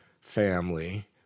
family